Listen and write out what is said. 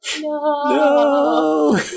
No